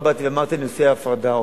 לא באתי ואמרתי שאני עושה הפרדה,